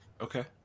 Okay